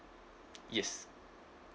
yes